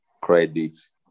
credits